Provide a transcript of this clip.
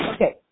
Okay